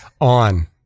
on